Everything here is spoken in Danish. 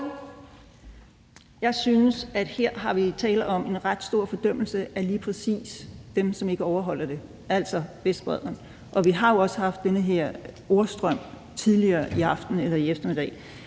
Jeg synes, at vi her har tale om en ret stor fordømmelse af lige præcis dem, som ikke overholder det, altså Vestbredden, og vi har jo også haft den her ordstrøm tidligere på dagen. Det er vigtigt,